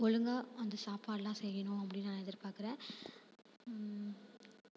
ஒழுங்கா அந்த சாப்பாடெலாம் செய்யணும் அப்படின்னு நான் எதிர் பார்க்குறேன்